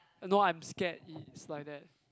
no I'm scared it's like that